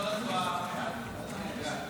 11 נתקבלו.